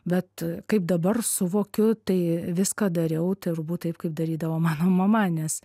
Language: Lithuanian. bet kaip dabar suvokiu tai viską dariau turbūt taip kaip darydavo mano mama nes